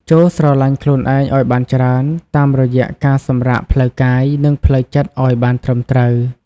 ចូរស្រឡាញ់ខ្លួនឯងឱ្យបានច្រើន តាមរយៈការសម្រាកផ្លូវកាយ និងផ្លូវចិត្តឱ្យបានត្រឹមត្រូវ។